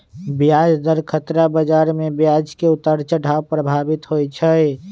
ब्याज दर खतरा बजार में ब्याज के उतार चढ़ाव प्रभावित होइ छइ